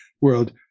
world